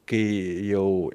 kai jau